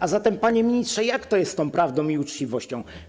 A zatem, panie ministrze, jak to jest z tą prawdą i uczciwością?